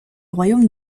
royaume